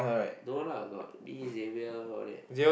no lah got me Xavier all that